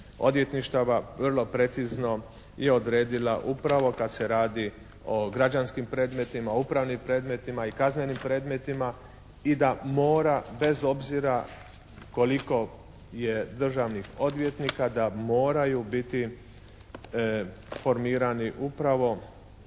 odvjetništava vrlo precizno je odredila upravo kad se radi o građanskim predmetima, upravnim predmetima i kaznenim predmetima i da mora bez obzira koliko je državnih odvjetnika da moraju biti formirani upravo